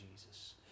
Jesus